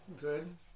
good